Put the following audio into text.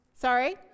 Sorry